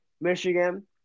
Michigan